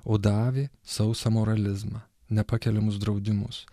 o davė sausą moralizmą nepakeliamus draudimus